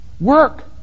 Work